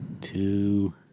Two